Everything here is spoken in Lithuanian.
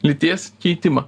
lyties keitimą